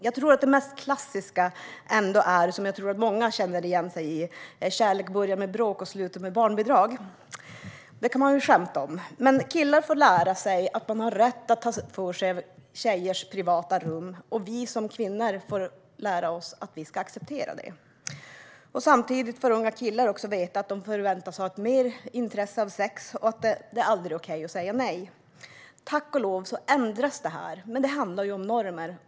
Jag tror att det mest klassiska ändå är att kärlek börjar med bråk och slutar med barnbidrag, vilket man kan skämta om. Men detta tror jag att många känner igen. Killar får lära sig att de har rätt att ta för sig av tjejers privata rum, och vi som kvinnor får lära oss att vi ska acceptera det. Samtidigt får unga killar också veta att de förväntas ha mer intresse av sex och att det aldrig är okej att säga nej. Tack och lov ändras detta, men det handlar om normer.